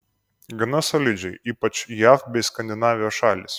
gana solidžiai ypač jav bei skandinavijos šalys